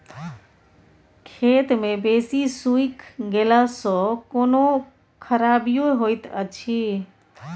खेत मे बेसी सुइख गेला सॅ कोनो खराबीयो होयत अछि?